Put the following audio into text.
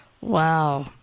Wow